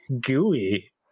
gooey